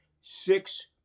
six